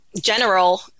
general